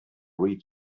read